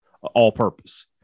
all-purpose